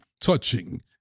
touching